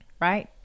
right